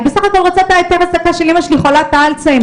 היא בסך הכל רוצה את היתר ההעסקה של אמא שלי חולת האלצהיימר.